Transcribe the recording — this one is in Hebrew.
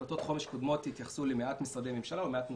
החלטות חומש קודמות התייחסו למעט משרדי ממשלה או למעט נושאים,